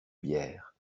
bière